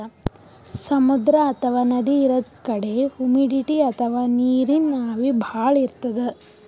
ಸಮುದ್ರ ಅಥವಾ ನದಿ ಇರದ್ ಕಡಿ ಹುಮಿಡಿಟಿ ಅಥವಾ ನೀರಿನ್ ಆವಿ ಭಾಳ್ ಇರ್ತದ್